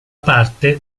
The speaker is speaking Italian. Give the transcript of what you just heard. parte